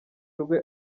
rwe